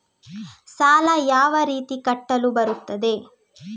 ಸಾಲ ಯಾವ ರೀತಿ ಕಟ್ಟಲು ಬರುತ್ತದೆ?